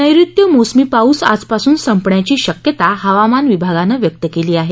नैऋत्य मोसमी पाऊस आजपासून संपण्याची शक्यता हवामान विभागानं व्यक्त केली आहे